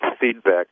feedback